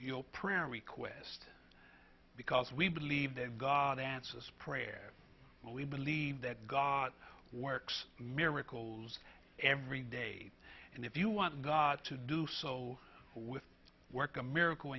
your prayer request because we believe that god answers prayer and we believe that god works miracles every day and if you want god to do so with work a miracle